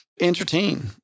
entertain